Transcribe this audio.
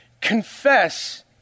confess